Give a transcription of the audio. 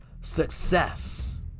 success